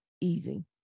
easy